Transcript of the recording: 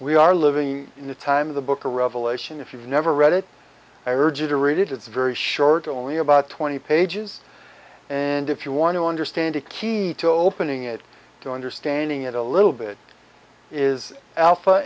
we are living in the time of the book or revelation if you've never read it i urge you to read it it's very short only about twenty pages and if you want to understand a key to opening it to understanding it a little bit is alpha